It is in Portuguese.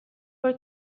por